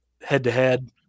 head-to-head